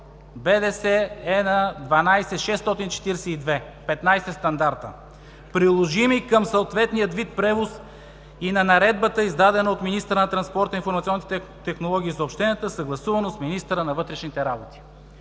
– петнадесет стандарта, приложими към съответния вид превоз и на наредбата, издадена от министъра на транспорта, информационните технологии и съобщенията, съгласувано с министъра на вътрешните работи.“